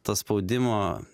to spaudimo